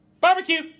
Barbecue